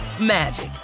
magic